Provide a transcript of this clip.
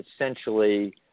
essentially